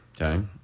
okay